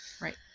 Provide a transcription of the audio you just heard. right